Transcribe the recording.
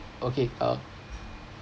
okay uh